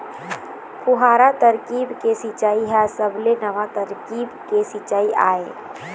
फुहारा तरकीब के सिंचई ह सबले नवा तरकीब के सिंचई आय